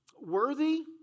worthy